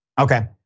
Okay